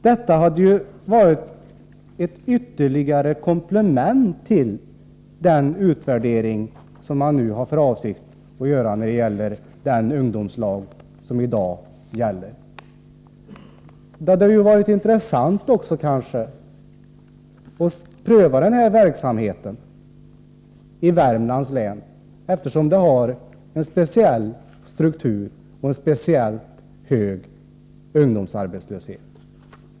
Detta hade kunnat vara ett ytterligare komplement till den utvärdering som man nu har för avsikt att göra när det gäller den ungdomslag som i dag gäller. Det hade kanske också varit intressant att pröva den här verksamheten i Värmlands län, eftersom länet har en speciell struktur och speciellt hög ungdomsarbetslöshet.